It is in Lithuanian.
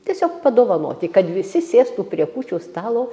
tiesiog padovanoti kad visi sėstų prie kūčių stalo